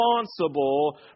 responsible